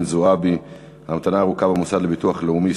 זועבי: ההמתנה הארוכה במוסד לביטוח לאומי,